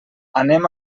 anem